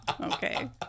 Okay